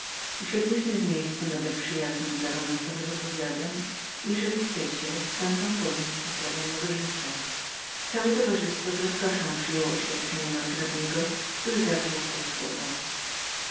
usiedliśmy w miejscu nader przyjaznem do romansowych opowiadań i jeżeli chcecie dam wam poznać historyę mego życia życia całe towarzystwo z rozkoszą przyjęło oświadczenie margrabiego który zaczął w te słowa